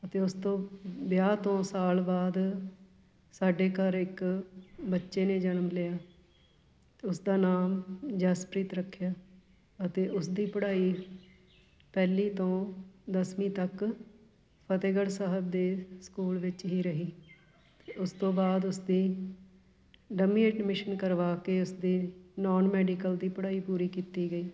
ਅਤੇ ਉਸ ਤੋਂ ਵਿਆਹ ਤੋਂ ਸਾਲ ਬਾਅਦ ਸਾਡੇ ਘਰ ਇੱਕ ਬੱਚੇ ਨੇ ਜਨਮ ਲਿਆ ਉਸਦਾ ਨਾਮ ਜਸਪ੍ਰੀਤ ਰੱਖਿਆ ਅਤੇ ਉਸਦੀ ਪੜ੍ਹਾਈ ਪਹਿਲੀ ਤੋਂ ਦਸਵੀਂ ਤੱਕ ਫਤਿਹਗੜ੍ਹ ਸਾਹਿਬ ਦੇ ਸਕੂਲ ਵਿੱਚ ਹੀ ਰਹੀ ਉਸ ਤੋਂ ਬਾਅਦ ਉਸਦੀ ਡੰਮੀ ਐਡਮਿਸ਼ਨ ਕਰਵਾ ਕੇ ਉਸਦੀ ਨਾਨ ਮੈਡੀਕਲ ਦੀ ਪੜ੍ਹਾਈ ਪੂਰੀ ਕੀਤੀ ਗਈ